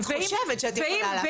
את חושבת שאת יכולה להפריך.